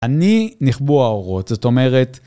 אני נכבו האורות, זאת אומרת...